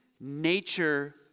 nature